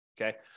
okay